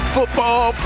Football